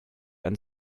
and